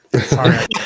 Sorry